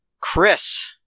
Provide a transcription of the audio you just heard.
Chris